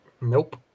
Nope